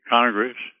Congress